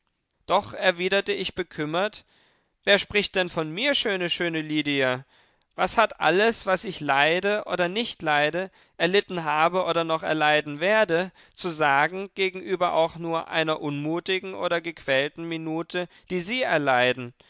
doch erwiderte ich bekümmert wer spricht denn von mir schöne schöne lydia was hat alles was ich leide oder nicht leide erlitten habe oder noch erleiden werde zu sagen gegenüber auch nur einer unmutigen oder gequälten minute die sie erleiden